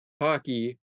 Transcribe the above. hockey